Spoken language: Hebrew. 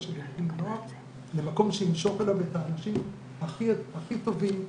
של ילדים ונוער למקום שימשוך אליו את האנשים הכי טובים,